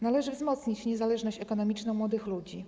Należy wzmocnić niezależność ekonomiczną młodych ludzi.